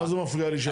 מה זה מפריע לי?